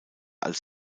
als